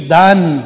done